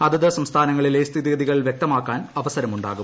അതത് സംസ്ഥാനങ്ങളിലെ സ്ഥിതിഗതികൾ വൃക്തമാക്കാൻ അവസരമുണ്ടാകും